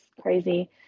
crazy